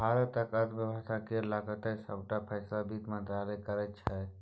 भारतक अर्थ बेबस्था केर लगाएत सबटा फैसला बित्त मंत्रालय करै छै